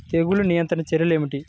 తెగులు నియంత్రణ చర్యలు ఏమిటి?